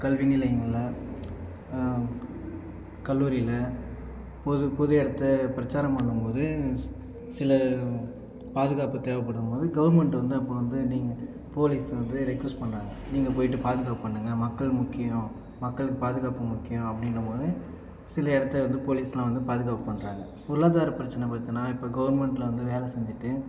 கல்வி நிலையங்களில் கல்லூரியில் பொது பொது இடத்த பிரச்சாரம் பண்ணும்போது சில பாதுகாப்பு தேவைப்படும் போது கவர்மெண்ட் வந்து அப்போ வந்து நீங்கள் போலீஸ் வந்து ரெக்கௌஸ்ட் பண்ணுறாங்க போய்விட்டு பாதுகாப்பு பண்ணுங்க மக்கள் முக்கியம் மக்களுக்கு பாதுகாப்பு முக்கியம் அப்படின போது சில இடத்துல போலீஸ்லாம் வந்து பாதுகாப்பு பண்ணுறாங்க பொருளாதார பிரச்சனை பார்த்தினா இப்போ கவர்மெண்ட்டில் வந்து வேலை செஞ்சுட்டு